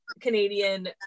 Canadian